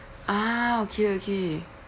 ah okay okay